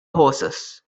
horses